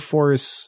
Force